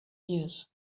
years